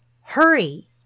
hurry